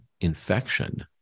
infection